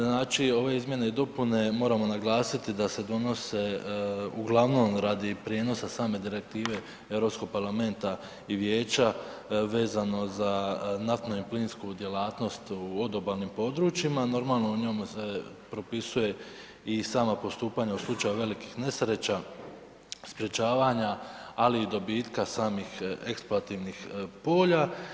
Znači ove izmjene i dopune moramo naglasiti da se donose uglavnom radi prijenosa same direktive Europskog parlamenata i vijeća vezano za naftnu i plinsku djelatnost u odobalnim područjima, normalno u njemu se propisuje i sama postupanja u slučaju velikih nesreća, sprječavanja ali i dobitka samih eksploativnih polja.